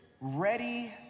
Ready